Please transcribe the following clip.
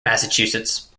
massachusetts